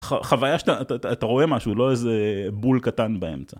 חוויה שאתה רואה משהו לא איזה בול קטן באמצע.